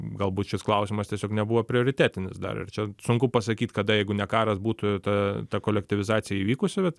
galbūt šis klausimas tiesiog nebuvo prioritetinis dar ir čia sunku pasakyt kada jeigu ne karas būtų ta ta kolektyvizacija įvykusi bet